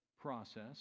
process